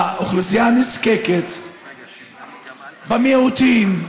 באוכלוסייה הנזקקת, במיעוטים,